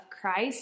Christ